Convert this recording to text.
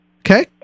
Okay